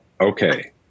Okay